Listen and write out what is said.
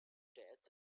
death